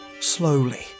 Slowly